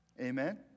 Amen